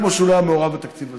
כמו שהוא לא היה מעורב בתקציב הזה.